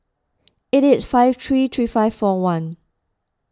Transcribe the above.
eight eight five three three five four one